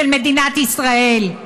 של מדינת ישראל.